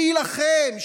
שיילחם,